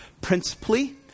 principally